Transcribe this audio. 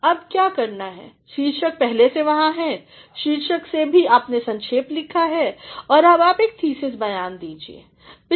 तो अब क्या करनाहै शीर्षक पहले से वहाँ है शीर्षक से भी आपने संक्षेप लिखा है अब एक थीसिस बयान दीजिए